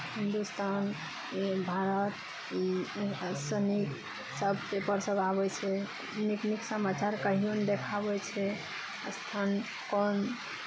हिन्दुस्तान भारत सैनिकसभ पेपरसभ आबै छै नीक नीक समाचार कहियो ने देखाबै छै स्थान कोन